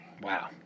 Wow